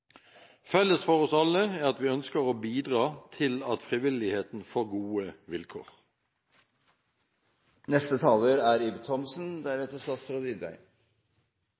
Felles for oss alle er at vi ønsker å bidra til at frivilligheten får gode vilkår.